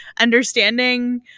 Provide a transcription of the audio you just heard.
understanding